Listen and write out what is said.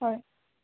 হয়